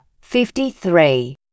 fifty-three